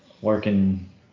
Working